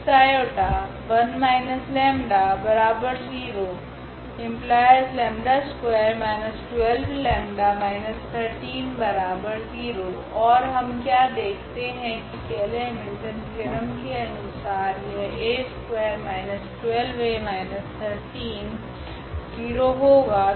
ओर हम क्या देखते है की केयले हैमिल्टन थेओरम के अनुसार यह 𝐴2−12𝐴−13 0 होगा